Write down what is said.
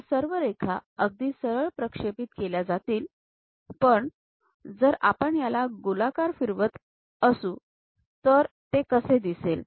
या सर्व रेखा अगदी सरळ प्रक्षेपित केल्या जातील पण जर आपण याला गोलाकार फिरवत असू तर ते कसे दिसेल